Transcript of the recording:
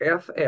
FF